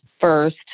first